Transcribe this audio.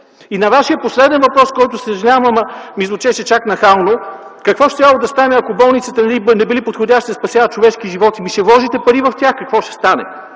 И на Вашия последен въпрос, който – съжалявам, ама ми звучеше чак нахално – какво щяло да стане, ако болниците не били подходящи да спасяват човешки живот. Ами ще вложите пари в тях, какво ще стане?!